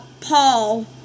Paul